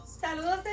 Saludos